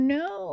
no